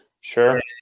Sure